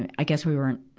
and i guess we were in,